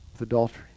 adultery